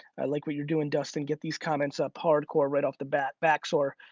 i like what you're doing dustin. get these comments up hardcore right off the back back sore.